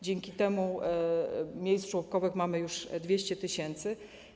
Dzięki temu miejsc żłobkowych mamy już 200 tys.